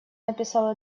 написал